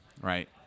right